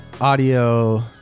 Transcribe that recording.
audio